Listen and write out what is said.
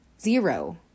zero